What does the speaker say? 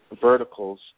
Verticals